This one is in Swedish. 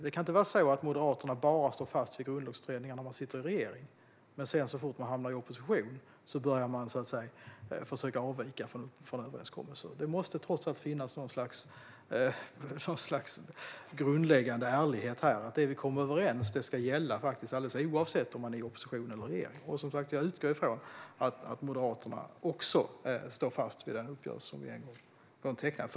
Det kan inte vara så att Moderaterna bara står fast vid Grundlagsutredningen när man sitter i regering och sedan, så fort man hamnar i opposition, börjar försöka avvika från överenskommelser. Det måste trots allt finnas något slags grundläggande ärlighet här. Det vi kommer överens om ska gälla alldeles oavsett om man befinner sig i opposition eller regeringsställning. Jag utgår som sagt ifrån att Moderaterna också står fast vid den uppgörelse som gjordes.